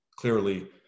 Clearly